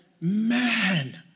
man